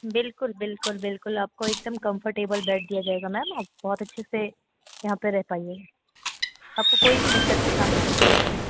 बिल्कुल बिल्कुल बिल्कुल आपको एकदम कम्फ़र्टेबल बेड दिया जाएगा मैम आप बहुत अच्छे से यहाँ पर रहे पाइएगा आपको कोई भी दिक्कत की सामना नहीं करना पड़ेगा